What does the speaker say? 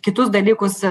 kitus dalykus